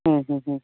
ହୁଁ ହୁଁ ହୁଁ